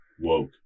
woke